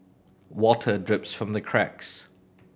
water drips from the cracks